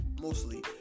mostly